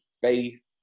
faith